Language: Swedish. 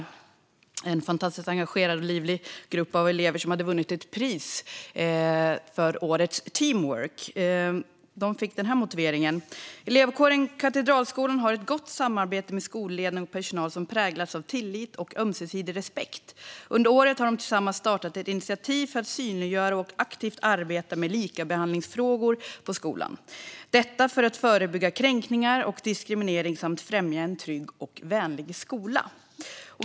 Det var en fantastiskt engagerad och livlig grupp elever som hade vunnit ett pris, Årets teamwork. De hade fått följande motivering: "Elevkåren Katedralskolan har ett gott samarbete med skolledning och personal som präglas av tillit och ömsesidig respekt. Under året har de tillsammans startat ett initiativ för att synliggöra och aktivt arbeta med likabehandlingsfrågor på skolan. Detta för att förebygga kränkningar och diskriminering samt främja en trygg och vänlig skola."